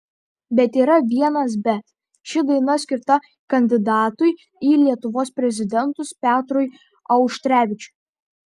bet yra vienas bet ši daina skirta kandidatui į lietuvos prezidentus petrui auštrevičiui